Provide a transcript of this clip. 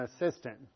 assistant